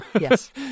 Yes